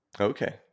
Okay